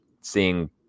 seeing